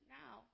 now